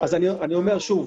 אני אומר שוב,